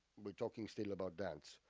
we're talking still about dance,